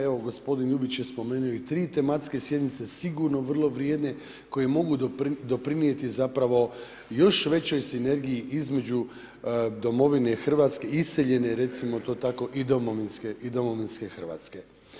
Evo gospodin Ljubić je spomenuo i tri tematske sjednice sigurno vrlo vrijedne koje mogu doprinijeti još većoj sinergiji između domovine Hrvatske i iseljene recimo to tako i domovinske Hrvatske.